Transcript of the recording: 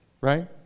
right